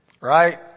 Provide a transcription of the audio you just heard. right